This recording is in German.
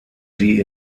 sie